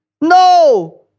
No